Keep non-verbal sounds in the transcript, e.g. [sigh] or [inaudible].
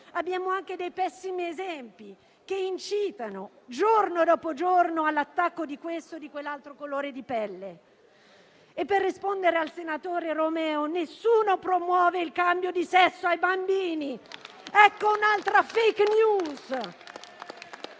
abbiamo anche dei pessimi esempi, che incitano, giorno dopo giorno, all'attacco di questo o di quell'altro colore di pelle. Per rispondere al senatore Romeo, nessuno promuove il cambio di sesso ai bambini! [applause] Ecco un'altra *fake news*,